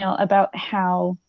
ah about how,